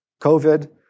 COVID